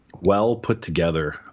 well-put-together